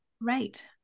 Right